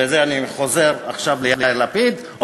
ואני חוזר עכשיו ליאיר לפיד.